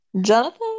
jonathan